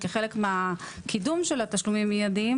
כחלק מהקידום של התשלומים המיידיים,